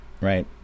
right